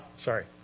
sorry